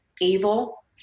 evil